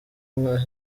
nka